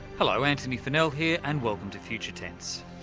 hello, antony funnell here, and welcome to future tense.